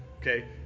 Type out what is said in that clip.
okay